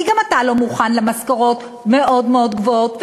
כי גם אתה לא מוכן למשכורות מאוד מאוד גבוהות,